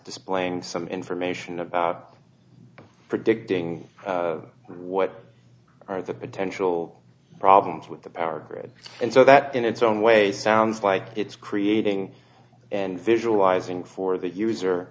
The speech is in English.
displaying some information about predicting what are the potential problems with the power grid and so that in its own way sounds like it's creating and visualizing for the use